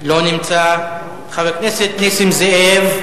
לא נמצא, חבר הכנסת נסים זאב,